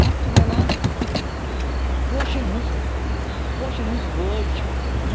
اَتھ چھِ وَنان پوشَن ہٕنٛز پوشَن ہٕنٛز وٲج چھِ اَتھ وَنان